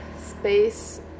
space